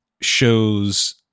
shows